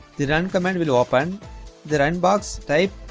the run command will open the run box type